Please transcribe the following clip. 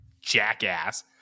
jackass